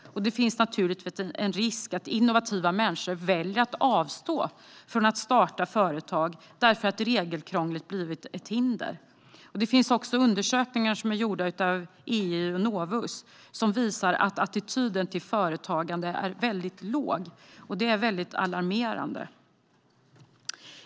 Det finns naturligtvis en risk att innovativa människor väljer att avstå från att starta företag för att regelkrånglet har blivit ett hinder. Undersökningar gjorda av EY och Novus visar att attityden till företagande är alarmerande.